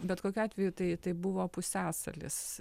bet kokiu atveju tai tai buvo pusiasalis